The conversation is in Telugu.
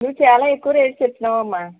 నువ్వు చాలా ఎక్కువ రేటు చెప్తున్నావమ్మా